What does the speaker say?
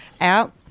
out